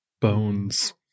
Bones